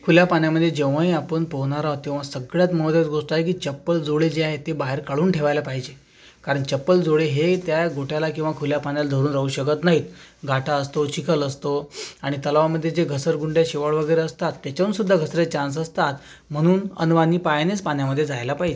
खुल्या पाण्यामध्ये जेव्हाही आपण पोहणार आहोत तेव्हा सगळ्यात महत्त्वाची गोष्ट आहे की चप्पल जोडे जे आहे ते बाहेर काढून ठेवायला पाहिजे कारण चप्पल जोडे हे त्या बोटाला किंवा खुल्या पाण्याला धरून राहू शकत नाही काटा असतो चिखल असतो आणि तलावामध्ये जे घसरगुंडे शेवाळ वगैरे असतात तेच्यावररूनसुद्धा घसरायचे चान्स असतात म्हणून अनवाणी पायानेच पाण्यामध्ये जायला पाहिजे